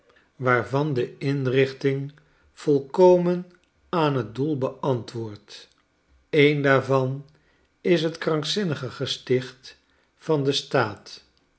waarvan de inrichting volkomen aan t doel beantwoord een daarvan is het kratikzinnigen gesticht van den staat